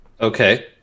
Okay